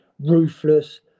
ruthless